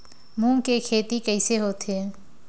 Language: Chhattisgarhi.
मूंग के खेती कइसे होथे?